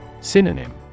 Synonym